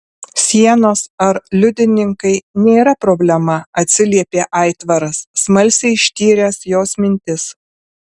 sienos ar liudininkai nėra problema atsiliepė aitvaras smalsiai ištyręs jos mintis